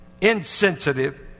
Insensitive